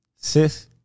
sis